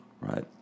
right